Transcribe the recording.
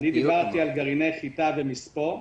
אני דיברתי על גרעיני חיטה ומספוא.